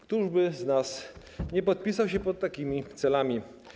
Któż z nas nie podpisałby się pod takimi celami?